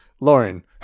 Lauren